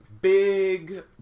Big